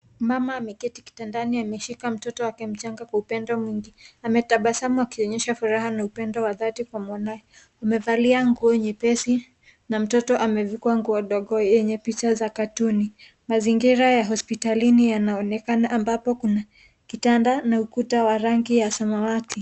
Mama ameketi kitandani ameshika mtoto wake mchanga kwa upendo mwingi. Ametabasamu akionyesha furaha na upendo wa dhati kwa mwanawe. Amevalia nguo nyepesi na mtoto amevukwa nguo ndogo yenye picha za katuni. Mazingira ya hospitalini yanaonekana ambapo kuna kitanda na ukuta wa rangi ya samawati.